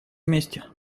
вместе